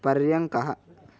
पर्यङ्कः